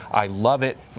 i love it.